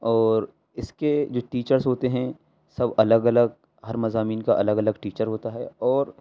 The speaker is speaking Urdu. اور اس کے جو ٹیچرس ہوتے ہیں سب الگ الگ ہر مضامین کا الگ الگ ٹیچر ہوتا ہے اور